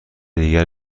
دیگر